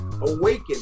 Awaken